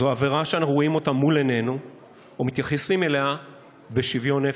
זו עבירה שאנחנו רואים מול עינינו ומתייחסים אליה בשוויון נפש.